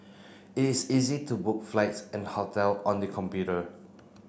it is easy to book flights and hotel on the computer